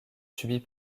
subies